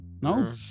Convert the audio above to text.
No